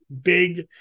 big